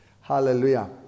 Hallelujah